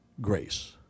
grace